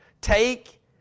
Take